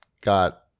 got